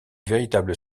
véritable